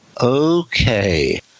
Okay